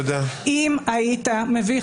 אם היית מביא,